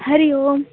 हरिः ओं